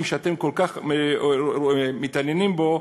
החרדים במעגל התעסוקה, שאתם כל כך מתעניינים בו,